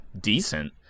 decent